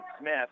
Smith